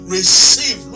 Receive